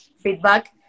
feedback